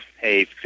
hey